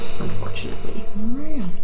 Unfortunately